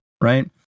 right